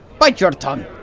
bite your tongue!